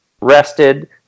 rested